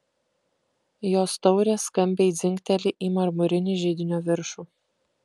jos taurė skambiai dzingteli į marmurinį židinio viršų